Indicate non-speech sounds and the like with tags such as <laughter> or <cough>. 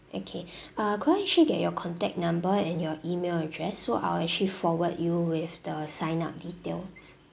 okay <breath> ah could I actually get your contact number and your email address so I'll actually forward you with the sign up details